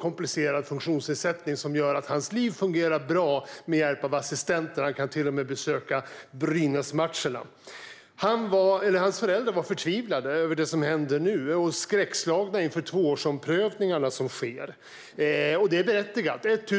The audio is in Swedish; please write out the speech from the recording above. komplicerad funktionsnedsättning som gör att hans liv har fungerat bra med hjälp av assistenter. Han kan till och med besöka Brynäsmatcherna. Hans föräldrar är förtvivlade över det som händer nu, och de är skräckslagna inför de tvåårsomprövningar som sker. Det är berättigat.